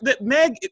Meg